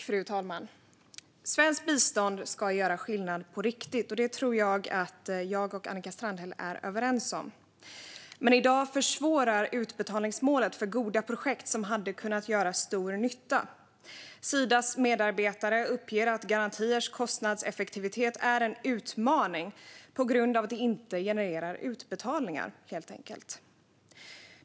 Fru talman! Svenskt bistånd ska göra skillnad på riktigt, och det tror jag att jag och Annika Strandhäll är överens om. Men i dag försvårar utbetalningsmålet för goda projekt som hade kunnat göra stor nytta. Sidas medarbetare uppger att garantiers kostnadseffektivitet är en utmaning på grund av att det helt enkelt inte genererar utbetalningar.